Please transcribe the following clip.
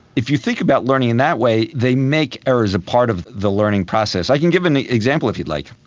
if you think about learning in that way, they make errors a part of the learning process. i can give an example, if you'd like.